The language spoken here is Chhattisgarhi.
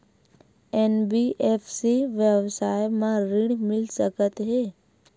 एन.बी.एफ.सी व्यवसाय मा ऋण मिल सकत हे